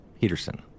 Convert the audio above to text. Peterson